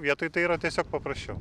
vietoj tai yra tiesiog paprasčiau